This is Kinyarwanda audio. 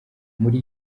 muri